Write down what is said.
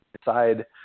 decide